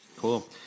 Cool